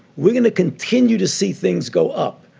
we're going to continue to see things go up.